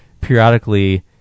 periodically